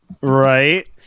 Right